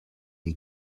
est